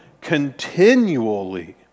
continually